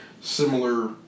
similar